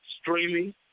streaming